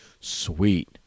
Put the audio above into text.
sweet